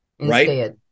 right